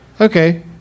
okay